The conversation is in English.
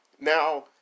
Now